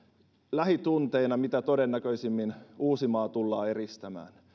lähitunteina mitä todennäköisimmin uusimaa tullaan eristämään tämä